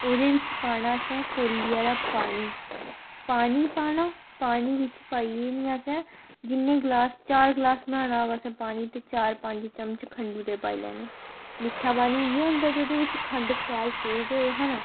ओह्दे बिच्च पाना असें कोली हारा पानी पानी पाना पानी बिच्च पाइयै नी असें जिन्ने गलास चार गलास बनाना होग असें पानी ते चार पंज चमच खंडू दे पाई लैने मिट्ठा पानी इ'यै होंदा जेह्दे बिच्च खंड शैल तेज होए है ना